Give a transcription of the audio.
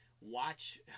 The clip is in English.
watch